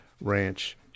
ranch